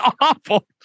awful